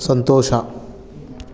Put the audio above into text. ಸಂತೋಷ